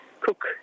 cook